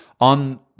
On